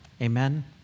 Amen